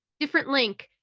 different link,